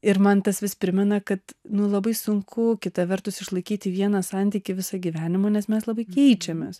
ir man tas vis primena kad nu labai sunku kita vertus išlaikyti vieną santykį visą gyvenimą nes mes labai keičiamės